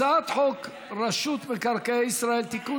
הצעת חוק רשות מקרקעי ישראל (תיקון,